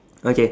okay